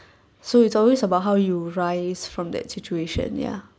so it's always about how you rise from that situation ya